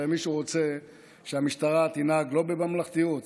הרי מישהו רוצה שהמשטרה תנהג לא בממלכתיות,